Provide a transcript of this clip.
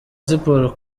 siporo